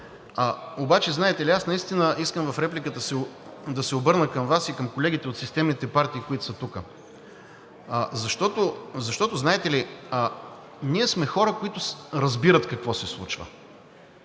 Обаче знаете ли, аз искам в репликата си да се обърна към Вас и колегите от системните партии, които са тук, защото ние сме хора, които разбират какво се случва.